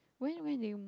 when when they